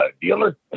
dealer